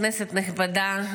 כנסת נכבדה,